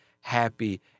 happy